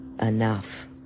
enough